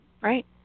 Right